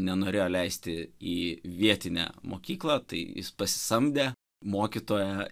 nenorėjo leisti į vietinę mokyklą tai jis pasisamdė mokytoją